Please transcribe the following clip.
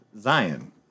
Zion